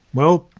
well,